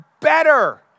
better